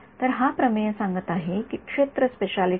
तर हा प्रमेय सांगत आहे की क्षेत्र स्पॅशिअली बँड मर्यादित आहेत